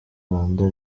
rwanda